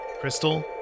crystal